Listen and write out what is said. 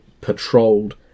patrolled